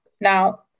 Now